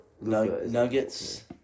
Nuggets